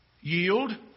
yield